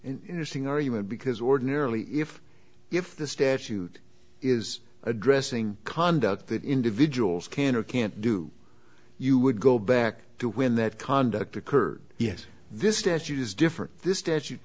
an interesting argument because ordinarily if if the statute is addressing conduct that individuals can or can't do you would go back to when that conduct occurred yes this statute is different this